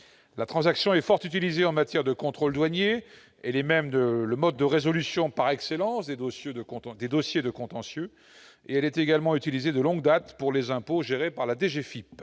La transaction est fort utilisée en matière de contrôle douanier ; elle est même le mode de résolution par excellence de dossiers de contentieux. Elle est également employée de longue date pour les impôts gérés par la DGFiP.